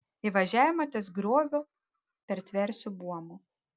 įvažiavimą ties grioviu pertversiu buomu